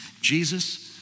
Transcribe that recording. Jesus